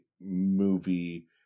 movie